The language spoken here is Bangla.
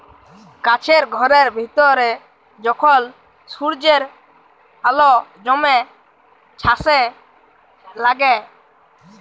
কাছের ঘরের ভিতরে যখল সূর্যের আল জ্যমে ছাসে লাগে